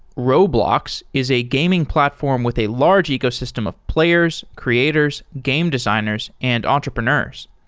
roblox is a gaming platform with a large ecosystem of players, creators, game designers and entrepreneurs.